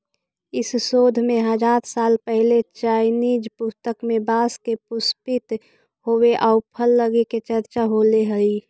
इस शोध में हजार साल पहिले चाइनीज पुस्तक में बाँस के पुष्पित होवे आउ फल लगे के चर्चा होले हइ